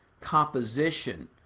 composition